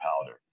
powder